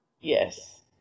Yes